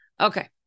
Okay